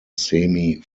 semi